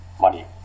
money